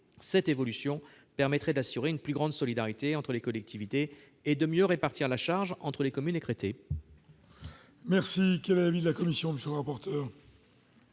telle évolution permettrait d'assurer une plus grande solidarité entre les collectivités et de mieux répartir la charge entre les communes écrêtées.